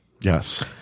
Yes